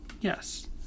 Yes